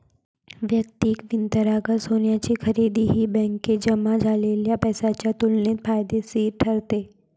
वैयक्तिक वित्तांतर्गत सोन्याची खरेदी ही बँकेत जमा झालेल्या पैशाच्या तुलनेत फायदेशीर ठरते